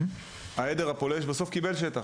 אז העדר הפולש בסיפור הזה בסוף קיבל שטח.